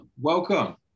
Welcome